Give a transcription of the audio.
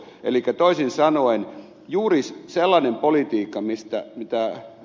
elikkä toisin sanoen juuri sellaisesta politiikasta mitä ed